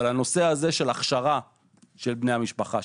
אבל הנושא של הכשרת בני המשפחה,